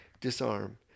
disarm